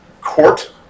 court